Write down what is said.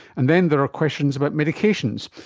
and then there are questions about medications.